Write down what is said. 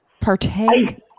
Partake